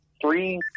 three